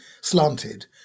slanted